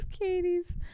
Katie's